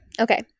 okay